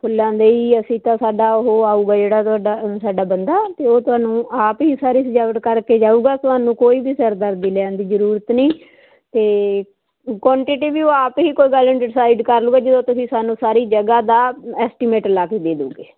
ਫੁੱਲਾਂ ਦੇ ਹੀ ਅਸੀਂ ਤਾਂ ਸਾਡਾ ਉਹ ਆਊਗਾ ਜਿਹੜਾ ਤੁਹਾਡਾ ਸਾਡਾ ਬੰਦਾ ਤੇ ਉਹ ਤੁਹਾਨੂੰ ਆਪ ਹੀ ਸਾਰੇ ਸਜਾਵਟ ਕਰਕੇ ਜਾਊਗਾ ਤੁਹਾਨੂੰ ਕੋਈ ਵੀ ਸਿਰ ਦਰਦੀ ਲੈਣ ਦੀ ਜਰੂਰਤ ਨਹੀਂ ਤੇ ਕੁਆਂਟਿਟੀ ਵੀ ਉਹ ਆਪ ਹੀ ਕੋਈ ਗੱਲ ਡਿਸਾਈਡ ਕਰ ਲੂਗਾ ਜਦੋਂ ਤੁਸੀਂ ਸਾਨੂੰ ਸਾਰੀ ਜਗਹਾ ਦਾ ਐਸਟੀਮੇਟ ਲਾ ਕੇ ਦੇ ਦੋਗੇ